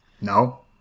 no